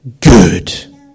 good